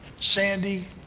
sandy